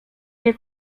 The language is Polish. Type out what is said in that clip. nie